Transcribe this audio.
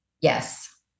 Yes